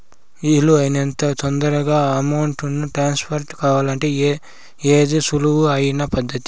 వీలు అయినంత తొందరగా అమౌంట్ ను ట్రాన్స్ఫర్ కావాలంటే ఏది సులువు అయిన పద్దతి